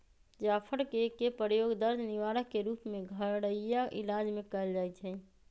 जाफर कें के प्रयोग दर्द निवारक के रूप में घरइया इलाज में कएल जाइ छइ